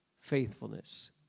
faithfulness